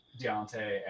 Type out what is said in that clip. Deontay